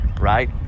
right